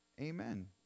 amen